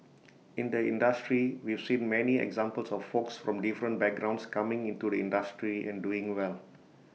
in the industry we've seen many examples of folks from different backgrounds coming into the industry and doing well